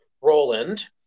Roland